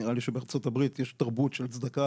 נראה לי שבארצות הברית יש תרבות של צדקה.